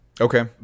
Okay